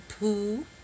Poo